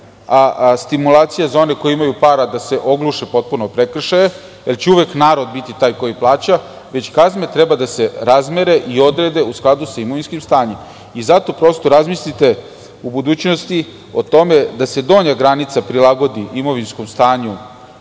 a stimulacija za one koji imaju para da se ogluše potpuno o prekršaje, jer će uvek narod biti taj koji plaća, već kazne treba da se razmere i odrede u skladu sa imovinskim stanjem. Zato, prosto razmislite u budućnosti o tome da se donja granica prilagodi imovinskom stanju